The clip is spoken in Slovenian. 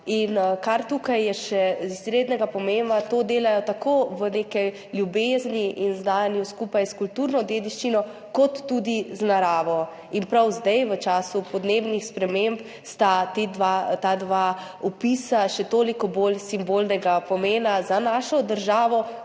In kar je tukaj še izrednega pomena, to delajo tako v neki ljubezni in znanju, skupaj s kulturno dediščino kot tudi z naravo. In prav zdaj, v času podnebnih sprememb, sta ta dva vpisa še toliko bolj simbolnega pomena za našo državo